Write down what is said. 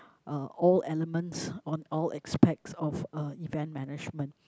uh all elements on all aspects of uh event management